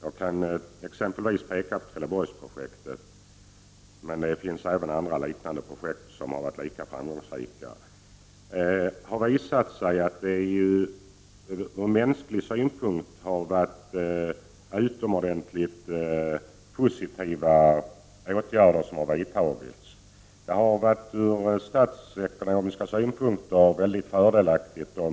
Jag kan exempelvis nämna Trelleborgsprojektet. Det finns även andra liknande projekt som har varit framgångsrika. De vidtagna åtgärderna har visat sig vara utomordentligt positiva mänskligt sett. Även statsekonomiskt har detta varit väldigt fördelaktigt.